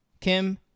Kim